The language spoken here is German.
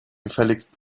gefälligst